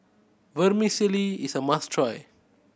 vermicelli is a must try